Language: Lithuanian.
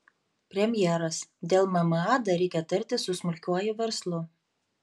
premjeras dėl mma dar reikia tartis su smulkiuoju verslu